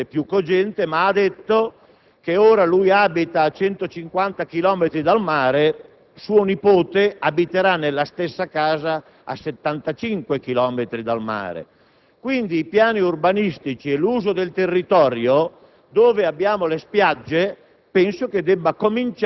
lui è dei Paesi Bassi, dove forse il problema è più cogente) ha detto che ora abita a 150 chilometri dal mare e suo nipote abiterà nella stessa casa a 75 chilometri dal mare; quindi,i piani urbanistici e l'uso del territorio